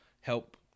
help